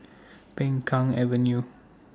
Peng Kang Avenue